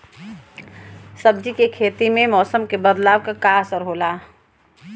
सब्जी के खेती में मौसम के बदलाव क का असर होला?